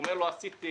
הוא אומר לו: עשיתי